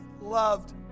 loved